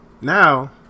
now